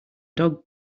dog